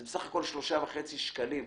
זה בסך הכל שלושה וחצי שקלים.